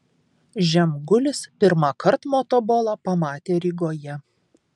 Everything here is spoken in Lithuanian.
žemgulis pirmąkart motobolą pamatė rygoje